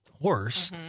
horse